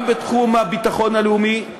גם בתחום הביטחון הלאומי,